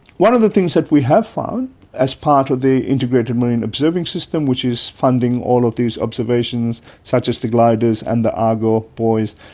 one of the things that we have found as part of the integrated marine observing system, which is funding all of these observations such as the gliders and the argo buoys,